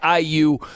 IU